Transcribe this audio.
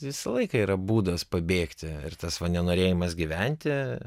visą laiką yra būdas pabėgti ir tas nenorėjimas gyventi